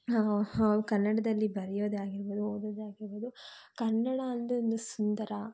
ನಾ ಹಾವು ಕನ್ನಡದಲ್ಲಿ ಬರೆಯೋದೇ ಆಗಿರ್ಬೋದು ಓದೋದೇ ಆಗಿರ್ಬೋದು ಕನ್ನಡ ಅಂದರೊಂದು ಸುಂದರ